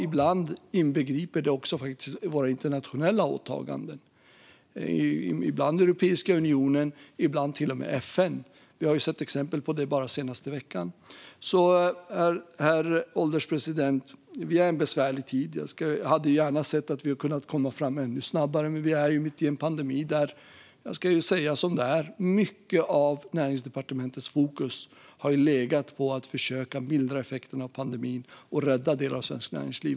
Ibland inbegriper det också våra internationella åtaganden, ibland i Europeiska unionen, ibland i FN. Vi har sett exempel på detta bara den senaste veckan. Herr ålderspresident! Vi är i en besvärlig tid. Jag hade gärna sett att vi hade kunnat komma fram ännu snabbare. Men vi är mitt i en pandemi, och mycket av Näringsdepartementets fokus under detta år har därför legat på att försöka mildra effekterna av pandemin och rädda delar av svenskt näringsliv.